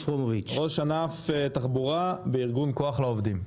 ראש ענף תחבורה בארגון כוח לעובדים.